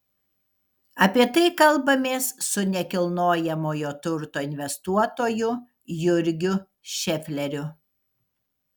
apie tai kalbamės su nekilnojamojo turto investuotoju jurgiu šefleriu